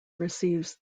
receives